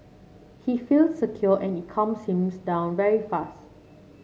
he feels secure and it calms him down very fast